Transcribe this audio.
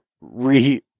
re